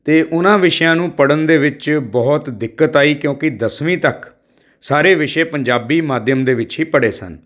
ਅਤੇ ਉਨਾਂ ਵਿਸ਼ਿਆਂ ਨੂੰ ਪੜ੍ਹਨ ਦੇ ਵਿੱਚ ਬਹੁਤ ਦਿੱਕਤ ਆਈ ਕਿਉਂਕਿ ਦਸਵੀਂ ਤੱਕ ਸਾਰੇ ਵਿਸ਼ੇ ਪੰਜਾਬੀ ਮਾਧਿਅਮ ਦੇ ਵਿੱਚ ਹੀ ਪੜ੍ਹੇ ਸਨ